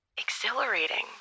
exhilarating